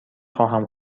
خواهم